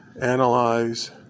analyze